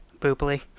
booply